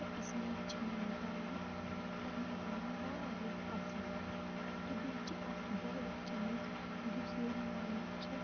تہِ اسلیے چھِ مےٚ یہِ واے پَنُن گام واریاہ پَسَنٛد تہٕ بیٚیہِ چھِ اَکھ بٔڑ چیٖز یُس ییٚمہِ گامُک چھِ